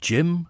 Jim